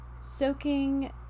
soaking